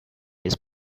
his